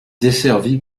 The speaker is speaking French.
desservie